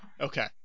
Okay